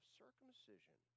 circumcision